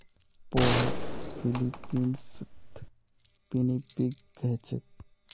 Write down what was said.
पोहाक फ़िलीपीन्सत पिनीपिग कह छेक